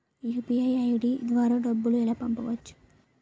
UPI ID ద్వారా డబ్బులు ఎలా పంపవచ్చు?